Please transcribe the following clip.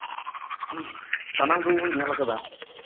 ᱥᱟᱱᱟᱢ ᱜᱮᱵᱚᱱ ᱧᱮᱞ ᱠᱟᱫᱟ